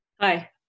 Hi